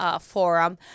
forum